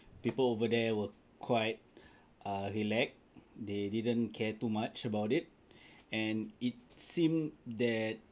people over there were quite err rilek they didn't care too much about it and it seemed that